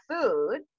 food